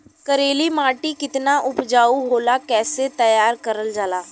करेली माटी कितना उपजाऊ होला और कैसे तैयार करल जाला?